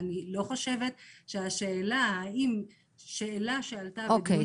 אני לא חושבת שהשאלה שעלתה --- הבנו